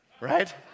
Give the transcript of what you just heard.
right